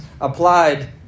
applied